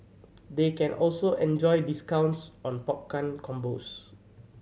they can also enjoy discounts on popcorn combos